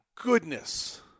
Goodness